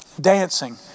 Dancing